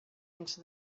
into